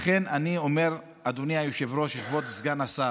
לכן אני אומר, אדוני היושב-ראש, כבוד סגן השר,